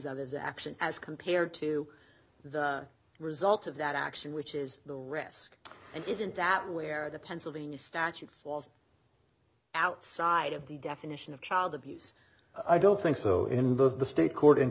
of his action as compared to the result of that action which is the risk and isn't that where the pennsylvania statute falls outside of the definition of child abuse i don't think so in those the state court